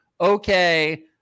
okay